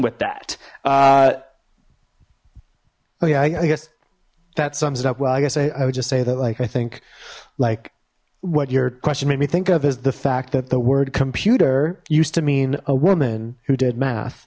with that oh yeah i guess that sums it up well i guess i would just say that like i think like what your question made me think of is the fact that the word computer used to mean a woman who did math